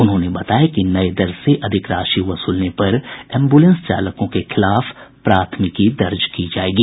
उन्होंने बताया कि नये दर से अधिक राशि वसूलने पर एम्बुलेंस चालकों के खिलाफ प्राथमिकी दर्ज की जायेगी